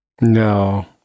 No